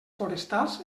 forestals